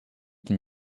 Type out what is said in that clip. can